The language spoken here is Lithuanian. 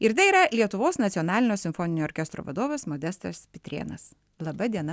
ir tai yra lietuvos nacionalinio simfoninio orkestro vadovas modestas pitrėnas laba diena